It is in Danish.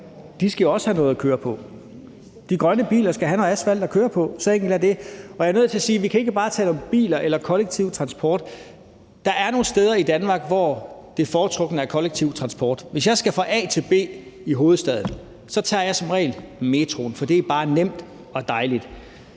skal have noget at køre på. De grønne biler skal have noget asfalt at køre på. Så enkelt er det. Og jeg er nødt til at sige, at vi ikke bare kan tale om biler eller kollektiv transport. Der er nogle steder i Danmark, hvor det foretrukne er kollektiv transport. Hvis jeg skal fra A til B i hovedstaden, tager jeg som regel metroen, for det er bare nemt og dejligt,